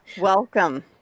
Welcome